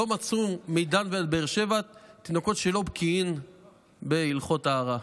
לא מצאו מדן ועד באר שבע תינוקות שלא בקיאים בהלכות טהרה.